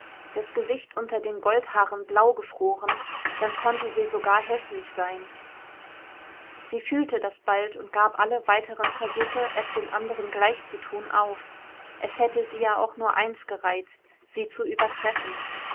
das gesicht unter den goldhaaren blau gefroren dann konnte sie sogar häßlich sein sie fühlte das bald und gab alle weiteren versuche es den anderen gleich zu tun auf es hätte sie ja auch nur eins gereizt sie zu übertreffen